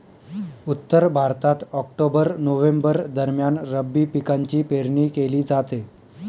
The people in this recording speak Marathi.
उत्तर भारतात ऑक्टोबर नोव्हेंबर दरम्यान रब्बी पिकांची पेरणी केली जाते